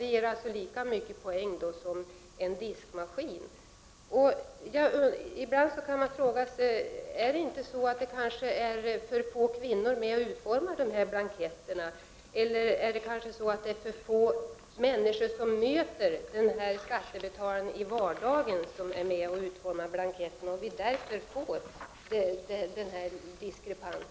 Men det ger lika många poäng som en diskmaskin. Ibland kan man fråga sig om det inte är för få kvinnor med och utformar de här blanketterna, eller om det är för få sådana människor som möter denne skattebetalare i vardagen som är med och utformar blanketten. Är det därför vi får denna diskrepans?